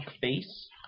face